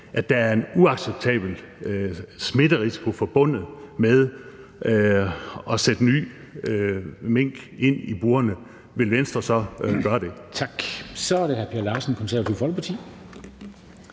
at der er en uacceptabel smitterisiko forbundet med at sætte nye mink i burene, vil Venstre så gøre det?